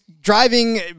driving